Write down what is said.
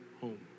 home